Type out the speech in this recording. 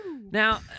Now